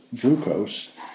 glucose